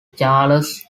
charles